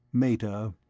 meta,